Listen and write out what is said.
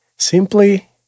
Simply